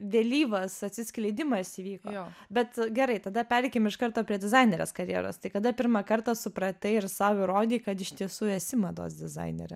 vėlyvas atsiskleidimas įvyko bet gerai tada pereikim iš karto prie dizainerės karjeros tai kada pirmą kartą supratai ir sau įrodei kad iš tiesų esi mados dizainerė